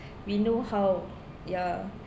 we know how ya